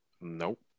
Nope